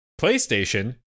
PlayStation